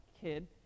kid